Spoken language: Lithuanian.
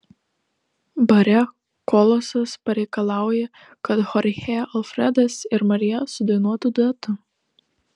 bare kolosas pareikalauja kad chorchė alfredas ir marija sudainuotų duetu